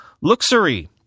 Luxury